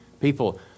people